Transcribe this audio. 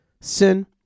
sin